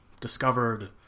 discovered